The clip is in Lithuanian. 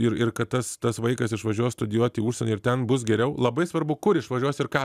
ir ir kad tas tas vaikas išvažiuos studijuot į užsienį ir ten bus geriau labai svarbu kur išvažiuos ir ką